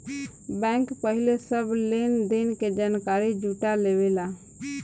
bank पहिले सब लेन देन के जानकारी जुटा लेवेला